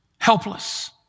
helpless